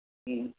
ꯎꯝ